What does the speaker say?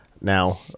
Now